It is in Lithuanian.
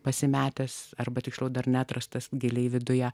pasimetęs arba tiksliau dar neatrastas giliai viduje